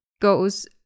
goes